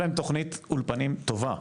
יש להם תוכנית אולפנים טובה.